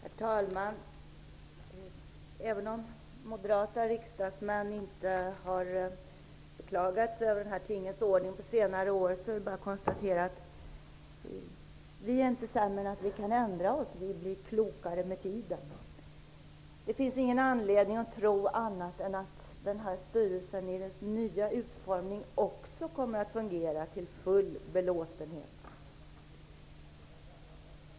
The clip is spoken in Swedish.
Herr talman! Även om moderata riksdagsmän inte har beklagat sig över tingens ordning på senare år kan jag konstatera att vi inte är sämre än att vi kan ändra oss. Vi blir klokare med tiden. Det finns ingen anledning att tro annat än att styrelsen också i dess nya utformning kommer att fungera till full belåtenhet.